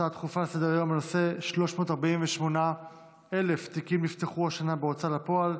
הצעה דחופה לסדר-היום בנושא: 348,000 תיקים נפתחו השנה בהוצאה לפועל,